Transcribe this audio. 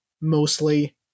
mostly